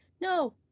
no